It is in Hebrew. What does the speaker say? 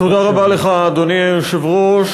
אדוני היושב-ראש,